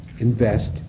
invest